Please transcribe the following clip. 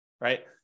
right